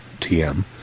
TM